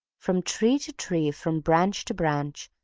from tree to tree, from branch to branch,